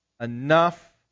enough